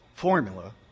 Formula